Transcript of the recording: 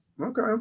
Okay